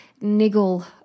niggle